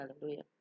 hallelujah